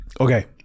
Okay